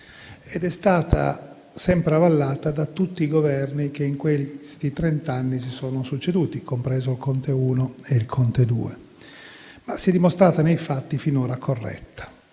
ed è stata sempre avallata da tutti i Governi che in questi trent'anni si sono succeduti, compreso il Conte I e il Conte II, ma si è dimostrata nei fatti finora corretta.